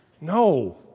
No